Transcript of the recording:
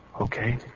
Okay